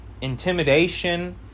intimidation